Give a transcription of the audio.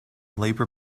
labor